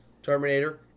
Terminator